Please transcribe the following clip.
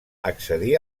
accedí